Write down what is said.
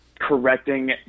correcting